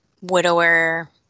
widower